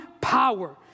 power